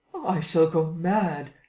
i shall go mad!